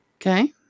Okay